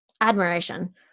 admiration